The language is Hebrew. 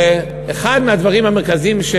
ואחד מהדברים המרכזיים,